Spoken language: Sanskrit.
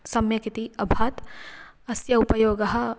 सम्यक् इति अभात् अस्य उपयोगः